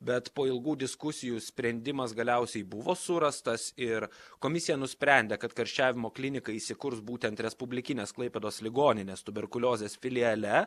bet po ilgų diskusijų sprendimas galiausiai buvo surastas ir komisija nusprendė kad karščiavimo klinika įsikurs būtent respublikinės klaipėdos ligoninės tuberkuliozės filiale